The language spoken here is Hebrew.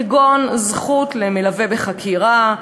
כגון זכות למלווה בחקירה,